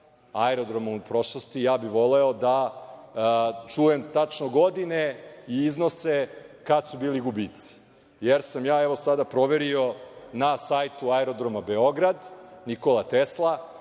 aerodrom u prošlosti, ja bih voleo da čujem tačno godine i iznose kad su bili gubici. Ja sam sada proverio na sajtu Aerodroma Beograd „Nikola Tesla“